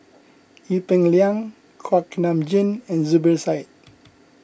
Ee Peng Liang Kuak Nam Jin and Zubir Said